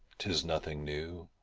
tis nothing new.